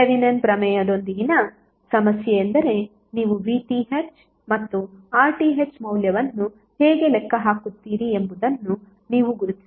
Thevenin ಪ್ರಮೇಯದೊಂದಿಗಿನ ಸಮಸ್ಯೆ ಎಂದರೆ ನೀವು VTh ಮತ್ತು RTh ಮೌಲ್ಯವನ್ನು ಹೇಗೆ ಲೆಕ್ಕ ಹಾಕುತ್ತೀರಿ ಎಂಬುದನ್ನು ನೀವು ಗುರುತಿಸಬೇಕು